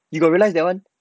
you got realise that one